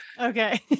Okay